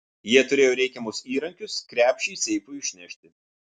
jie turėjo reikiamus įrankius krepšį seifui išnešti